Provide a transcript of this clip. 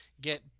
get